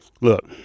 Look